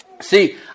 See